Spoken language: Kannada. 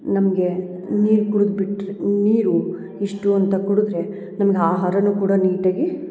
ನಮಗೆ ನೀರು ಕುಡಿಯೋದು ಬಿಟ್ರೆ ನೀರು ಇಷ್ಟು ಅಂತ ಕುಡುದ್ರೆ ನಮ್ಗೆ ಆಹಾರನು ಕೂಡ ನೀಟಾಗಿ